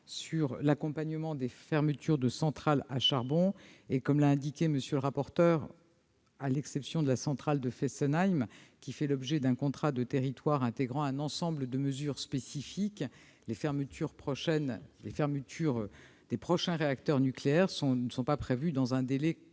sur l'accompagnement des fermetures des centrales à charbon. Comme l'a indiqué M. le rapporteur, à l'exception de la centrale de Fessenheim, qui fait l'objet d'un contrat de territoire intégrant un ensemble de mesures spécifiques, les fermetures des prochains réacteurs nucléaires ne sont pas prévues dans un délai